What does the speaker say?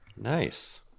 nice